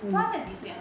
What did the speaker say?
so 它现在几岁 ah